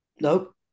No